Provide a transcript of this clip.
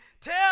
Tell